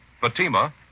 Fatima